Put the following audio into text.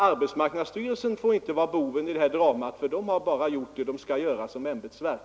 Arbetsmarknadsstyrelsen får inte vara boven i detta drama. Den har bara gjort vad den skall göra såsom ämbetsverk.